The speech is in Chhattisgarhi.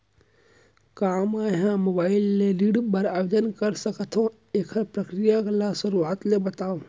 का मैं ह मोबाइल ले ऋण बर आवेदन कर सकथो, एखर प्रक्रिया ला शुरुआत ले बतावव?